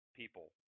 people